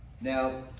now